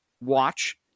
watch